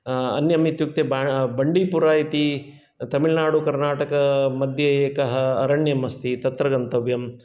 अन्यमित्युक्ते बा बण्डीपुर इति तमिल्नाडु कर्नाटकमद्ये एकः अरण्यमस्ति तत्र गन्तव्यम्